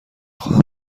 خواهم